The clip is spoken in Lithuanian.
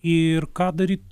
ir ką daryt